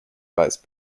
vice